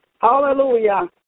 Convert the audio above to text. Hallelujah